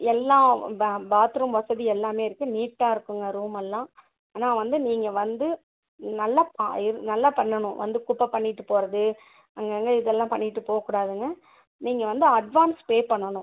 எல்லா பா பாத்ரூம் வசதி எல்லாமே இருக்கு நீட்டாக இருக்குங்க ரூமெல்லாம் ஆனால் வந்து நீங்கள் வந்து நல்லா பா இருந் நல்லா பண்ணனும் வந்து குப்பை பண்ணிவிட்டு போகிறது அங்கங்கே இதெல்லாம் பண்ணிவிட்டு போ கூடாதுங்க நீங்கள் வந்து அட்வான்ஸ் பே பண்ணனும்